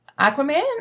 Aquaman